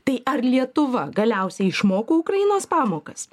tai ar lietuva galiausiai išmoko ukrainos pamokas